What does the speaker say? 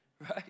Right